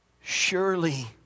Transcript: Surely